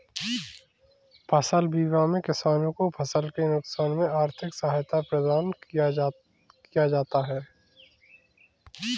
फसल बीमा में किसानों को फसल के नुकसान में आर्थिक सहायता प्रदान किया जाता है